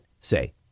say